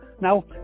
Now